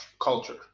culture